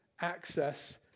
access